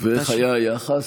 ואיך היה היחס?